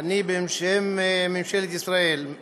בשם ממשלת ישראל אני